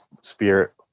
spirit